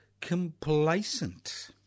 complacent